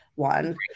one